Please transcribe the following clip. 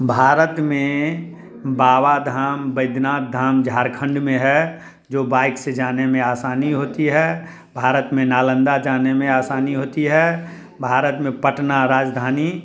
भारत में बाबा धाम बैद्यनाथ धाम झारखंड में है जो बाइक से जाने में आसानी होती है भारत में नालंदा जाने में आसानी होती है भारत में पटना राजधानी